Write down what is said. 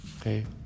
okay